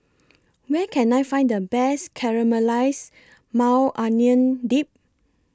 Where Can I Find The Best Caramelized Maui Onion Dip